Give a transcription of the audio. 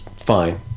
Fine